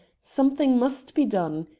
something must be done.